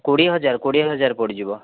କୋଡ଼ିଏ ହଜାର କୋଡ଼ିଏ ହଜାର ପଡ଼ିଯିବ